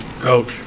Coach